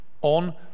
on